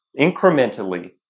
incrementally